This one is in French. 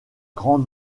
grand